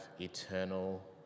eternal